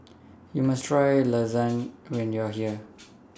YOU must Try Lasagne when YOU Are here